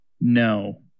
no